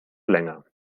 länger